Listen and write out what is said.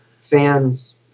fans